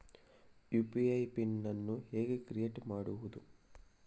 UPI PIN ಅನ್ನು ಹೇಗೆ create ಮಾಡುದು?